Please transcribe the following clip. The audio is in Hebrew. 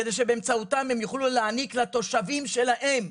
כדי שבאמצעותם הם יוכלו להעניק לתושבים שלהם,